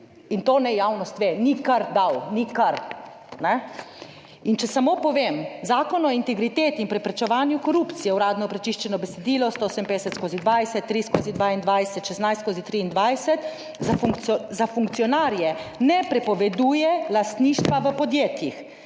In to naj javnost ve! Ni kar dal, ni kar, ne. In če samo povem, Zakon o integriteti in preprečevanju korupcije, uradno prečiščeno besedilo 158/20, 3/22, 16/23 za funkcionarje ne prepoveduje lastništva v podjetjih.